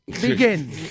Begin